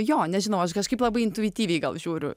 jo nežinau aš kažkaip labai intuityviai gal žiūriu